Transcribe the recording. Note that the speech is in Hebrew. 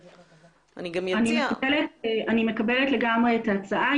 אני לגמרי מקבלת את ההצעה.